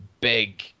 big